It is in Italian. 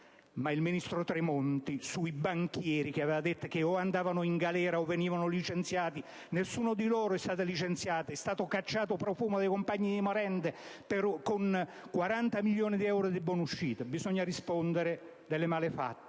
ma il ministro Tremonti aveva detto che i banchieri o andavano in galera o venivano licenziati, e nessuno di loro è stato licenziato; è stato cacciato Profumo dai compagni di merende, però con 40 milioni di euro di buonuscita. Bisogna rispondere delle malefatte